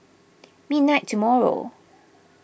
midnight tomorrow